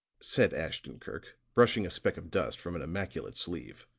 said ashton-kirk, brushing a speck of dust from an immaculate sleeve,